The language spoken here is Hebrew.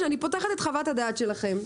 כשאני פותחת את חוות הדעת שלכם,